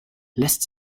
lässt